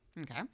Okay